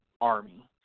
army